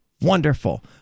wonderful